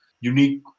unique